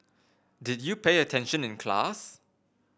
did you pay attention in class